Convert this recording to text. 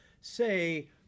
say